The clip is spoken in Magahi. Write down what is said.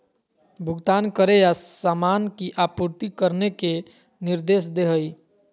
भुगतान करे या सामान की आपूर्ति करने के निर्देश दे हइ